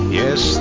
yes